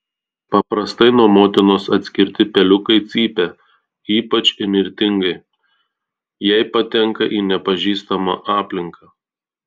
paprastai nuo motinos atskirti peliukai cypia ypač įnirtingai jei patenka į nepažįstamą aplinką